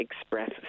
Express